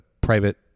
private